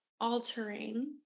altering